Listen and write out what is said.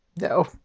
No